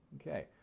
Okay